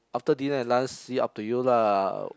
after dinner and lunch see up to you lah